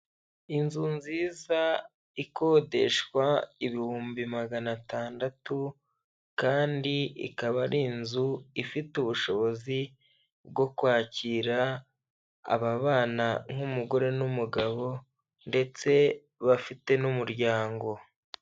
Inzu nziza ikodeshwa ibihumbi magana atandatu kandi ikaba ari inzu ifite ubushobozi bwo kwakira ababana nk'umugore n'umugabo ndetse bafite n'umuryango.